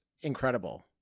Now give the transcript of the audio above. incredible